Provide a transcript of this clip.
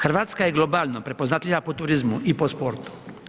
Hrvatska je globalno prepoznatljiva po turizmu i po sportu.